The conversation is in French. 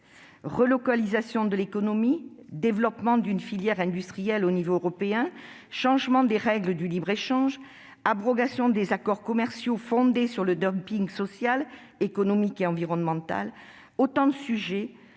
Relocalisation de l'économie, développement d'une filière industrielle au niveau européen, changement des règles du libre-échange, abrogation des accords commerciaux fondés sur le social, économique et environnemental, autant de sujets